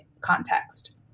context